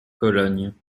cologne